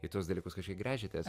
į tuos dalykus kažkiek gręžiatės